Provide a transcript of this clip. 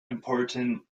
important